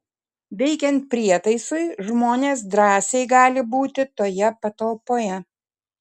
veikiant prietaisui žmonės drąsiai gali būti toje patalpoje